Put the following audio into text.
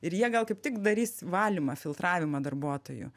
ir jie gal kaip tik darys valymą filtravimą darbuotojų